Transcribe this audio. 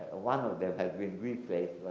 one of them has been replaced,